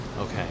Okay